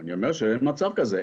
אני אומר שאין מצב כזה.